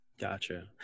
Gotcha